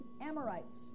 Amorites